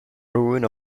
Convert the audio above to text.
ruin